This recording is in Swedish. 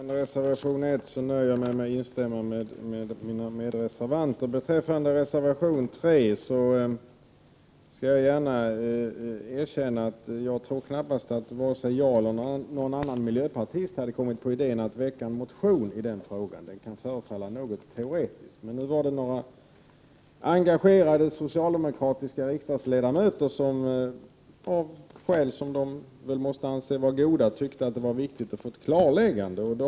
Herr talman! Jag nöjer mig med att instämma i vad mina medreservanter till reservation 1 har sagt. Beträffande reservation 3 skall jag gärna erkänna att varken jag eller — tror jagnågon annan miljöpartist kommit på att väcka en motion i den aktuella frågan. Den kan förefalla något teoretisk. Men nu var det några engagerade socialdemokratiska riksdagsledamöter som av skäl som de väl ansåg goda tyckte att det var viktigt att få ett klarläggande.